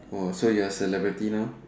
!wah! so you're celebrity now